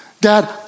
Dad